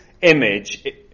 image